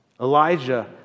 Elijah